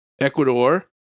Ecuador